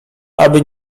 aby